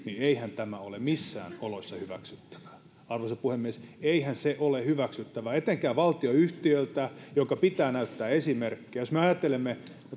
eihän tämä ole missään oloissa hyväksyttävää arvoisa puhemies eihän se ole hyväksyttävää etenkään valtionyhtiöltä jonka pitää näyttää esimerkkiä jos me ajattelemme